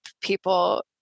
people